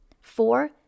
four